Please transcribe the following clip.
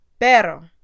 Pero